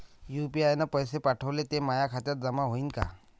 UPI न पैसे पाठवले, ते माया खात्यात जमा होईन का?